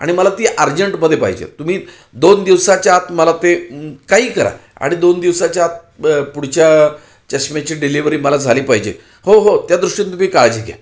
आणि मला ती आर्जंटमध्ये पाहिजे तुम्ही दोन दिवसाच्या आत मला ते काही करा आणि दोन दिवसाच्या आत पुढच्या चष्म्याची डिलेवरी मला झाली पाहिजे हो हो त्या दृष्टीनं तुम्ही काळजी घ्या